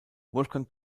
wolfgang